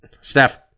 Steph